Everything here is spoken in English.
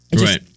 right